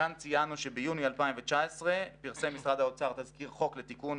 כאן ציינו שביוני 2019 פרסם משרד האוצר תזכיר חוק לתיקון